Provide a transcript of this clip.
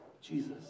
Jesus